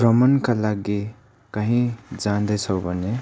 भ्रमणका लागि काहीँ जाँदैछौँ भने